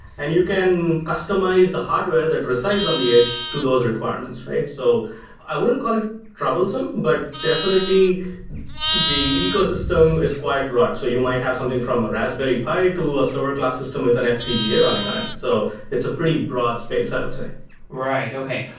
and you can customize the hardware that resides on the edge to those requirements, right? so i i wouldn't call it troublesome, but definitely the ecosystem is quite broad, so you might have something from a raspberry pi to a server class system with an fpga running on it. so it's a pretty broad space, i would say right, okay.